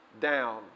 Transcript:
down